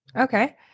Okay